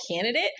candidate